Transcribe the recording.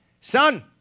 son